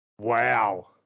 Wow